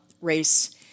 race